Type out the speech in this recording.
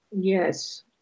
Yes